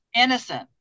Innocent